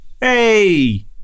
Hey